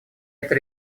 эта